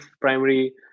primary